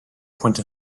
puente